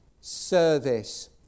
service